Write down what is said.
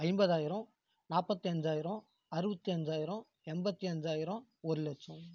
ஐம்பதாயிரம் நாற்பத்தி அஞ்சாயிரம் அறுபத்தி அஞ்சாயிரம் எண்பத்தி அஞ்சாயிரம் ஒரு லட்சம்